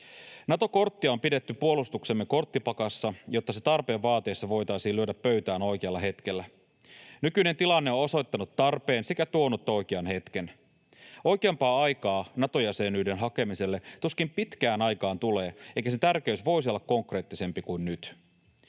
Nato-korttia on pidetty puolustuksemme korttipakassa, jotta se tarpeen vaatiessa voitaisiin lyödä pöytään oikealla hetkellä. Nykyinen tilanne on osoittanut tarpeen sekä tuonut oikean hetken. Oikeampaa aikaa Nato-jäsenyyden hakemiselle tuskin pitkään aikaan tulee, eikä sen tärkeys voisi olla konkreettisempi kuin nyt.